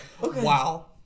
Wow